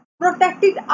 protected